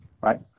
right